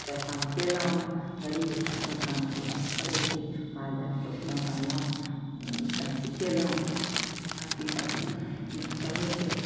सब काम कयलहुँ गरीब दुखिआ कोन काम करतै करैत छी मालजाल पोसलहुँ पाललहुँ अथी कयलहुँ आर की करबै इहए सब होइत छै